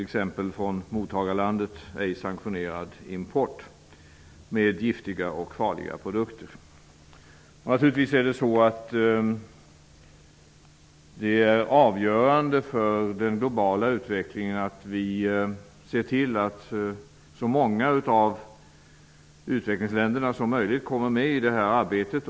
Det gäller t.ex. import av giftiga och farliga produkter som ej är sanktionerad av mottagarlandet. Det är avgörande för den globala utvecklingen att vi ser till att så många av utvecklingsländerna som möjligt kommer med i detta arbete.